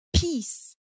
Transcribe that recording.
peace